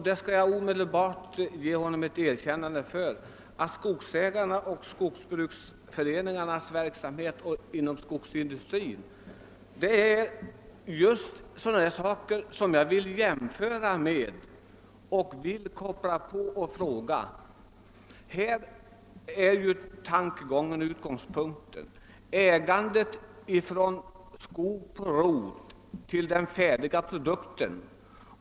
Jag skall omedelbart ge honom det erkännandet att skogsägarföreningarnas verksamhet inom skogsindustrin just är en sådan sak som jag vill koppla ihop med tankegången om ägandet från skog på rot till den färdiga produkten.